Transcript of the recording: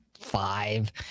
five